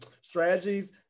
strategies